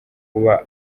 kuba